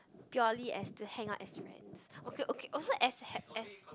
purely as to hang out as friends okay okay also as had as